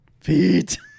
Feet